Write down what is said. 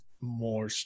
more